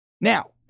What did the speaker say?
Now